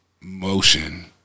motion